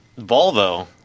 Volvo